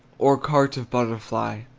or cart of butterfly.